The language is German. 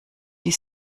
die